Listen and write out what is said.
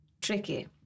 tricky